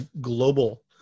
global